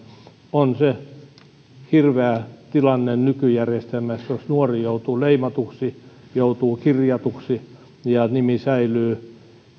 on se hirveä tilanne nykyjärjestelmässä jos nuori joutuu leimatuksi joutuu kirjatuksi ja nimi säilyy